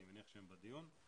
אני מניח שהם בדיון,